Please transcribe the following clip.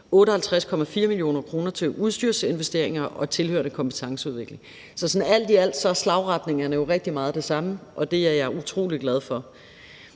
58,4 mio. kr. til udstyrsinvesteringer og tilhørende kompetenceudvikling. Så alt i alt er retningen rigtig meget den samme, og det er jeg utrolig glad for.